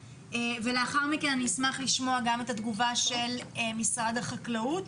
ולאחר מכן, אשמח לשמוע את התגובה של משרד החקלאות,